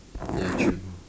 ya true